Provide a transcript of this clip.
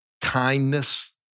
kindness